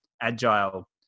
agile